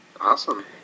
Awesome